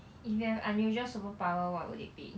if you have unusual superpower what would it be